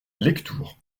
lectoure